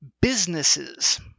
businesses